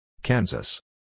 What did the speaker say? Kansas